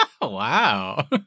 Wow